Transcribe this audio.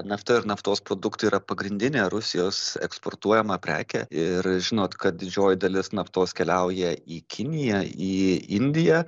nafta ir naftos produktai yra pagrindinė rusijos eksportuojama prekė ir žinot kad didžioji dalis naftos keliauja į kiniją į indiją